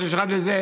חודש אחד בזה.